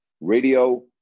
radio